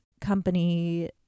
company